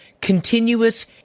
continuous